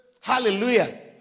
hallelujah